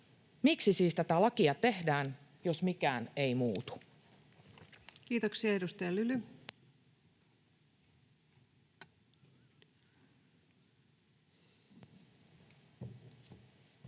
Miksi siis tätä lakia tehdään, jos mikään ei muutu? [Speech 82]